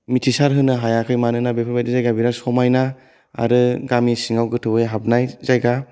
मिथिसार होनो हायाखै मानोना बेफोरबायदि जायगाया बिराट समायना आरो गामि सिङाव गोथौवै हाबनाय जायगा